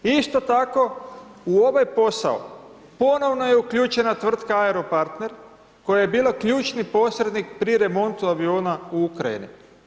Isto tako u ovaj posao ponovno je uključena tvrtka Aero partner koja je bila ključni posrednik pri remontu aviona u Ukrajini.